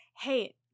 hey